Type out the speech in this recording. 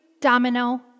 domino